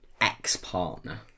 ex-partner